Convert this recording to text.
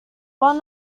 while